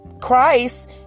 Christ